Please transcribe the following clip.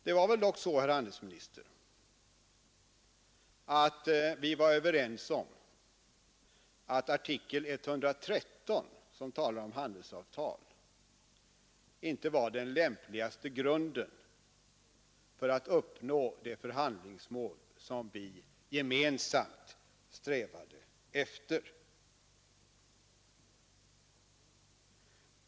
Det var väl ändå så, herr handelsminister, att vi var överens om att artikeln 113, som talar om handelsavtal, inte var den lämpligaste grunden för att uppnå det förhandlingsmål som vi gemensamt strävade efter.